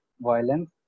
violence